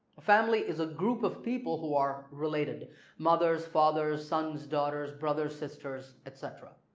afamily is a group of people who are related mothers, fathers, sons, daughters, brothers, sisters etc.